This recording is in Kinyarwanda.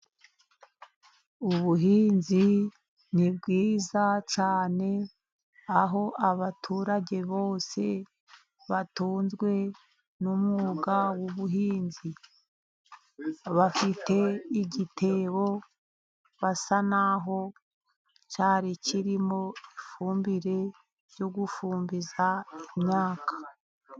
Ubuhinzi ni bwiza cyane aho abaturage bose batunzwe n'umwuga w'ubuhinzi, bafite igitebo basa naho cyari kirimo ifumbire yo gufumbiza imyaka.